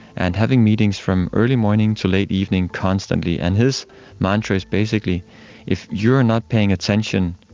and having meetings from early morning to late evening constantly, and his mantra is basically if you are not paying attention,